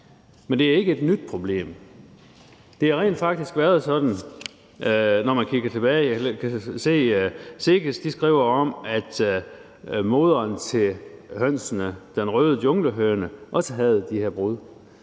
Men det er ikke et nyt problem. Når man kigger tilbage, kan man se, at SEGES skriver, at urmoderen til hønsene, den røde junglehøne, også havde de her brud.